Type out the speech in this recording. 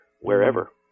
wherever